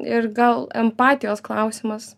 ir gal empatijos klausimas